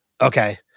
Okay